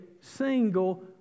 single